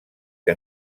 que